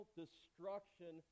destruction